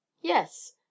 Yes